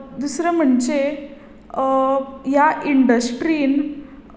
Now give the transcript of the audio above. दुसरे म्हणचे ह्या इन्डस्ट्रींत